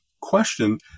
question